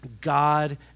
God